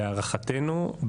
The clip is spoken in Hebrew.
להערכתנו,